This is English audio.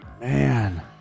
Man